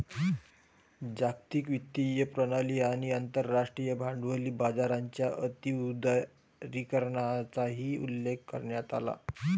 जागतिक वित्तीय प्रणाली आणि आंतरराष्ट्रीय भांडवली बाजाराच्या अति उदारीकरणाचाही उल्लेख करण्यात आला